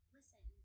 Listen